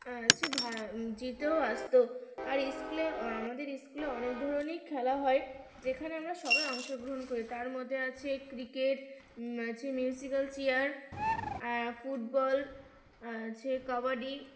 সে জিতেও আসতো আর স্কুলে আমাদের স্কুলে অনেক ধরনেরই খেলা হয় যেখানে আমরা সবাই অংশগ্রহণ করি তার মধ্যে আছে ক্রিকেট আছে মিউজিক্যাল চেয়ার আর ফুটবল আছে কাবাডি